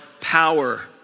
power